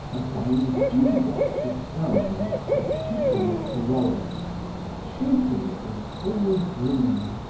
applying dew drops of gum on its matutinal corollas shaping it in full bloom,